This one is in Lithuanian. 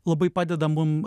labai padeda mum